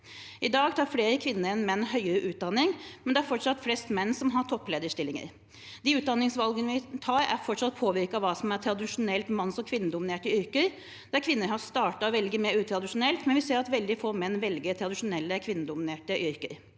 I dag tar flere kvinner enn menn høyere utdanning, men det er fortsatt flest menn som har topplederstillinger. De utdanningsvalgene vi tar, er fortsatt påvirket av hva som er tradisjonelle manns- og kvinnedominerte yrker, der kvinner har startet å velge mer utradisjonelt. Samtidig ser vi at veldig få menn velger tradisjonelt kvinnedominerte yrker.